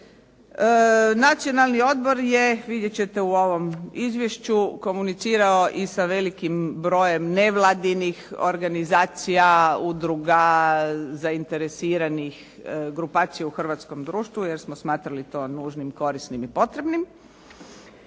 Nacionalni odbor je vidjet ćete u ovom izvješću komunicirao i sa velikim brojem nevladinih organizacija, udruga zainteresiranih grupacija u hrvatskom društvu jer smo smatrali to nužnim, korisnim i potrebnim.